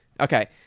Okay